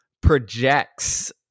projects